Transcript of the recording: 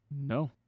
No